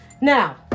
Now